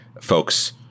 folks